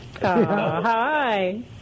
Hi